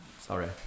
sorry